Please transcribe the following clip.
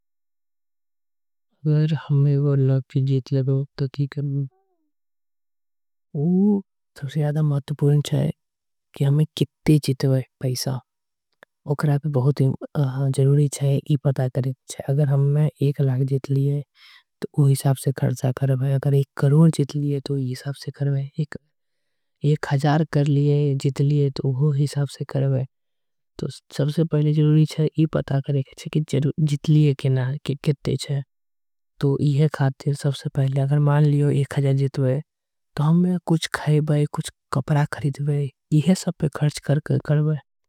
अगर हमें वो लाग जीत लेगा तो थीक है वो। सबसे यादा महतुपूर्ण चाहिए कि हमें कित्ते। जीत लेगा पैसा वो क्राइपे बहुत ज़रूरी चाहिए। यी पता करें अगर हमें एक लाग जीत लिये। तो वो हिसाफसे कर्जा करवें अगर हमें एक। लाग जीत लिये तो वो हिसाफसे कर्जा करवें।